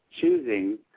choosing